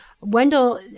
Wendell